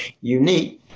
unique